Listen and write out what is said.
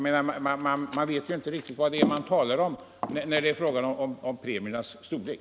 Man vet inte riktigt vad man talar om när man pekar på premiernas storlek.